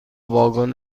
واگن